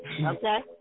Okay